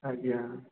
ଆଜ୍ଞା